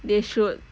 they should